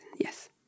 yes